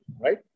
right